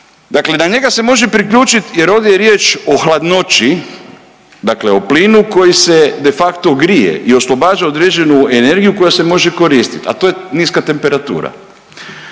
Dakle na njega se može priključit jer ovdje je riječ o hladnoći dakle o plinu koji se de facto grije i oslobađa određenu energiju koja se može koristit, a to je niska temperatura.